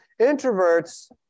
Introverts